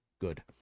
Good